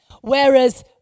whereas